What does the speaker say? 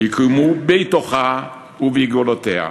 יקוימו בתוכה ובגבולותיה.